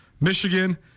Michigan